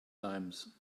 limes